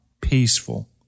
peaceful